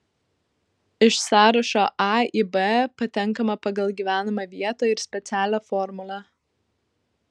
iš sąrašo a į b patenkama pagal gyvenamą vietą ir specialią formulę